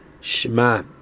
Shema